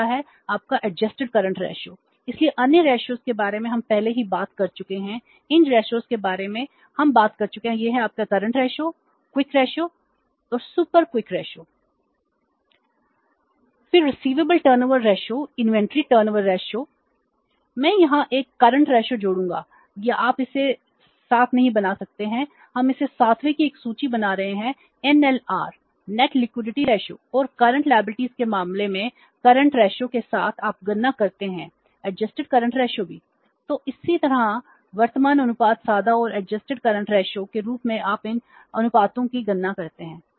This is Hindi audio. फिर रस्सी बेबस जानवर रेशो के रूप में आप इन अनुपातों की गणना करते हैं